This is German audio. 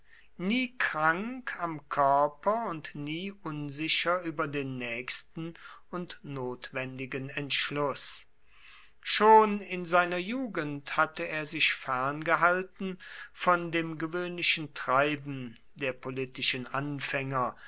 nie krank am körper und nie unsicher über den nächsten und notwendigen entschluß schon in seiner jugend hatte er sich ferngehalten von dem gewöhnlichen treiben der politischen anfänger